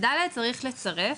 ב-(ד) צריך לצרף,